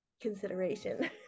consideration